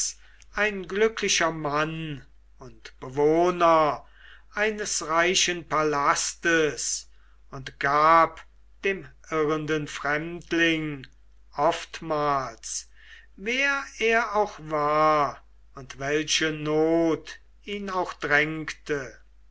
ein glücklicher mann und bewohner eines reichen palastes und gab dem irrenden fremdling oftmals wer er auch war und welche not ihn auch drängte